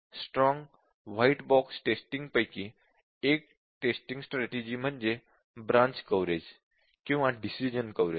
strong white box testing पैकी एक testing strategy म्हणजे ब्रांच कव्हरेज किंवा डिसिश़न कव्हरेज